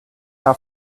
how